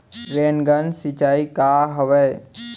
Rain gun सिंचाई का हवय?